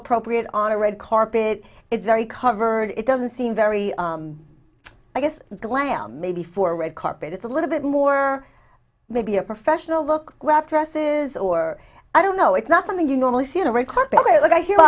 appropriate on a red carpet it's very covered it doesn't seem very i guess glam maybe for red carpet it's a little bit more or maybe a professional look dresses or i don't know it's not something you normally see in a red carpet like i hear